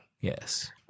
Yes